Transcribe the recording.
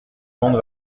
monde